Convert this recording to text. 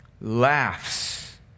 laughs